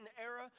era